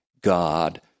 God